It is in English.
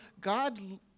God